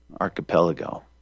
archipelago